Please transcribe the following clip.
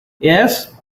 yes